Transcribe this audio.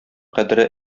кадере